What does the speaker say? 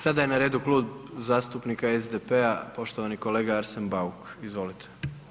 Sada je na redu klub zastupnika SDP-a, poštovani kolega Arsen Bauk, izvolite.